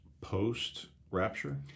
post-rapture